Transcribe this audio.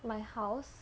my house